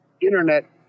internet